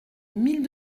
mille